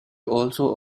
also